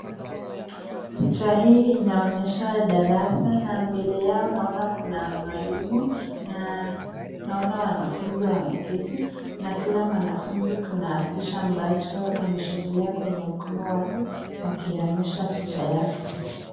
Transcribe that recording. Picha hii inaonyesha darasa na mbele yao naona kuna mwalimu na naona wanafuzi wameketi na kila mwanafuzi kuna picha ambacho ameshikilia kwenye mkono wake akionyesha picha yake.